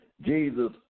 Jesus